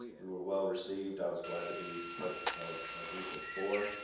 we were well received. i was glad to be part of a group of four.